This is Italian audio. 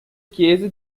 chiese